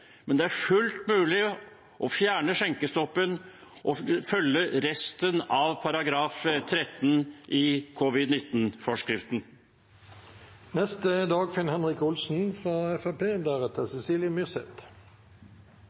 men det er fullt mulig å fjerne skjenkestoppen og følge resten av § 13 i